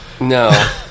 No